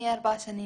ארבע שנים.